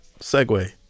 Segue